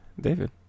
david